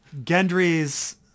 Gendry's